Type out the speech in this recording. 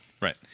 Right